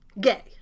Gay